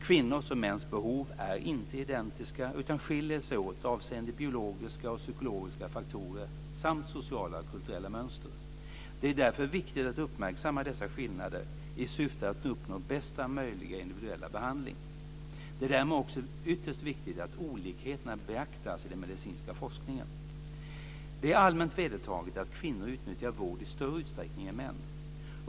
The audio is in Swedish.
Kvinnors och mäns behov är inte identiska utan skiljer sig åt avseende biologiska och psykologiska faktorer samt sociala och kulturella mönster. Det är därför viktigt att uppmärksamma dessa skillnader i syfte att uppnå bästa möjliga individuella behandling. Det är därmed också ytterst viktigt att olikheterna beaktas i den medicinska forskningen. Det är allmänt vedertaget att kvinnor utnyttjar vård i större utsträckning än män.